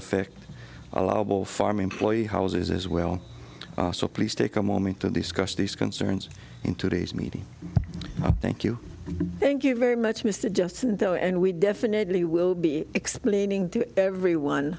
affect allowable farm employee houses as well so please take a moment to discuss these concerns in today's meeting thank you thank you very much mr justin though and we definitely will be explaining to everyone